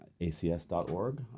acs.org